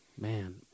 Man